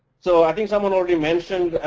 so i think someone already mentioned,